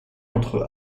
entre